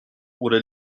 oder